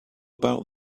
about